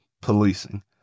policing